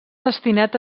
destinat